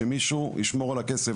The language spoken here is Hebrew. שמישהו ישמור על הכסף.